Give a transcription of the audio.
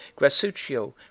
grassuccio